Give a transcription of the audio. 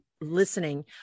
listening